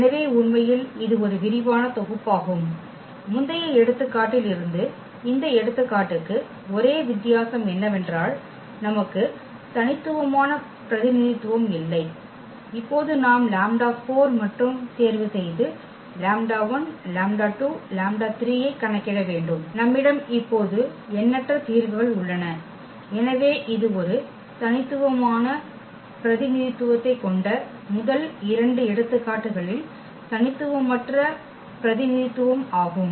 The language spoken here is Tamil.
எனவே உண்மையில் இது ஒரு விரிவான தொகுப்பாகும் முந்தைய எடுத்துக்காட்டில் இருந்து இந்த எடுத்துக்காட்டுக்கு ஒரே வித்தியாசம் என்னவென்றால் நமக்கு தனித்துவமான பிரதிநிதித்துவம் இல்லை இப்போது நாம் மற்றும் தேர்வு செய்து ஐ கணக்கிட வேண்டும் நம்மிடம் இப்போது எண்ணற்ற தீர்வுகள் உள்ளன எனவே இது ஒரு தனித்துவமான பிரதிநிதித்துவத்தைக் கொண்ட முதல் இரண்டு எடுத்துக்காட்டுகளில் தனித்துவமற்ற பிரதிநிதித்துவம் ஆகும்